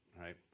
right